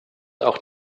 auch